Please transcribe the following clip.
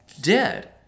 Dead